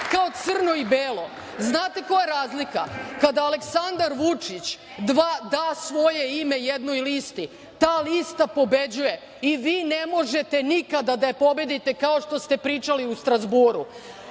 kao crno i belo. Znate li koja je razlika? Kada Aleksandar Vučić da svoje ime jednoj listi ta lista pobeđuje i vi ne možete nikada da je pobedite, kao što ste pričali u Strazburu,